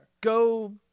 Go